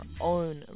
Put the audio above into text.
own